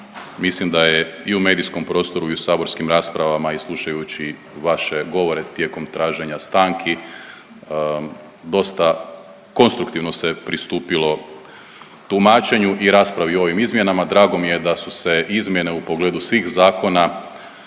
mislim da je i u medijskom prostoru i u saborskim raspravama i slušajući vaše govore tijekom traženja stanki dosta konstruktivno se pristupilo tumačenju i raspravi o ovim izmjenama. Drago mi je da su se izmjene u pogledu svih zakona